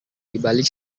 dibalik